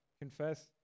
Confess